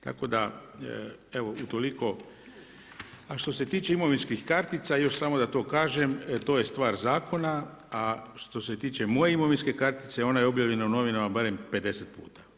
Tako da, evo, toliko a što se tiče imovinskih kartica, još samo da to kažem, to je stvar zakona, a što se tiče moje imovinske kartice, ona je obavljena u novinama berem 50 puta.